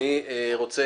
אני רוצה,